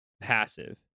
passive